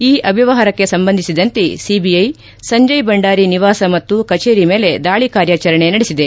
ಈ ಅವ್ಲವಹಾರಕ್ಕೆ ಸಂಬಂಧಿಸಿದಂತೆ ಸಿಬಿಐ ಸಂಜಯ್ ಭಂಡಾರಿ ನಿವಾಸ ಮತ್ತು ಕಚೇರಿ ಮೇಲೆ ದಾಳಿ ಕಾರ್ಯಾಚರಣೆ ನಡೆಸಿದೆ